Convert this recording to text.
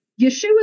yeshua